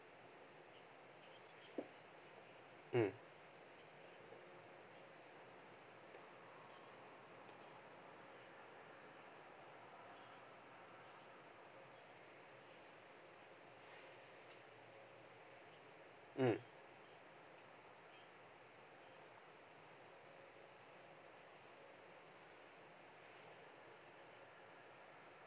mm mm